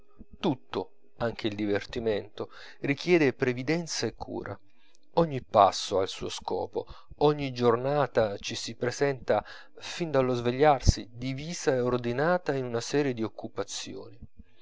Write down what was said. tutto anche il divertimento richiede previdenza e cura ogni passo ha il suo scopo ogni giornata ci si presenta fin dallo svegliarsi divisa e ordinata in una serie di occupazioni